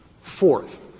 Fourth